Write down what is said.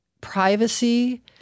privacy